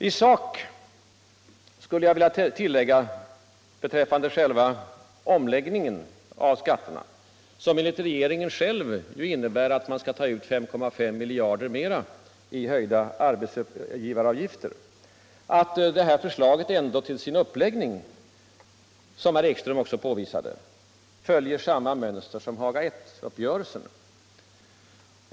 I sak skulle jag vilja tillägga beträffande själva omläggningen av skatterna, som enligt regeringen själv ju innebär att man skall ta ut 5,5 miljarder mera i höjda arbetsgivaravgifter, att förslaget ändå till sin uppläggning, som herr Ekström också påvisade, följer samma mönster som Haga I-uppgörelsen.